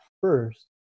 first